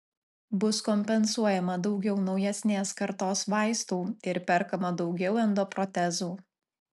bus kompensuojama daugiau naujesnės kartos vaistų ir perkama daugiau endoprotezų